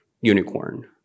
unicorn